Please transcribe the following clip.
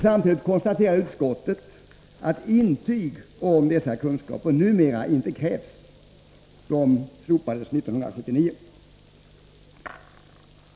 Samtidigt konstaterar utskottet att intyg om dessa kunskaper numera inte krävs. De slopades 1979.